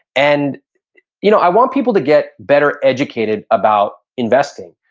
and you know i want people to get better educated about investing.